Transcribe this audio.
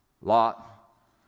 Lot